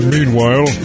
Meanwhile